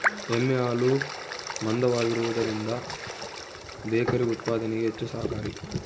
ಎಮ್ಮೆ ಹಾಲು ಮಂದವಾಗಿರುವದರಿಂದ ಬೇಕರಿ ಉತ್ಪಾದನೆಗೆ ಹೆಚ್ಚು ಸಹಕಾರಿ